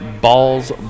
Ball's